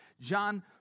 John